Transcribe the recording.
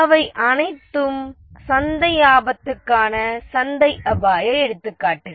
அவை அனைத்தும் சந்தை ஆபத்துக்கான சந்தை அபாய எடுத்துக்காட்டுகள்